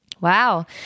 Wow